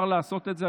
שאפשר לעשות את זה,